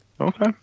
okay